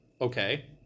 Okay